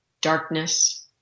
darkness